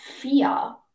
fear